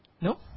No